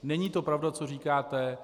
Není to pravda, co říkáte.